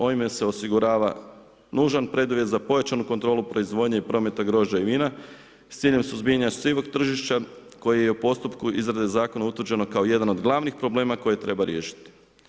Ovime se osigurava nužan preduvjet za pojačanu kontrolu proizvodnje i prometa grožđa i vina s ciljem suzbijanja sivog tržišta koji je u postupku izrade zakona utvrđeno kao jedan od glavnih problema koje treba riješiti.